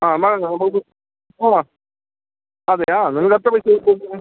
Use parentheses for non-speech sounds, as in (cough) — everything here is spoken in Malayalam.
ആ (unintelligible) ആണോ അതെയോ നിങ്ങൾക്ക് എത്ര പൈസയാ ചോദിക്കുന്നത്